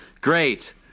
great